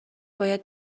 باید